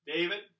David